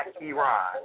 Iran